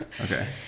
Okay